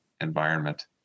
environment